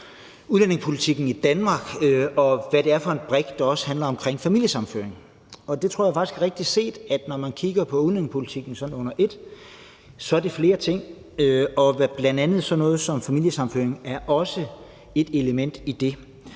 udlændingepolitikken i Danmark og om, hvad det er for en brik, der også handler om familiesammenføring. Det tror jeg faktisk er rigtigt set, altså at når man kigger på udlændingepolitikken sådan under ét, er det flere ting, og bl.a. sådan noget som familiesammenføring er også et element i det.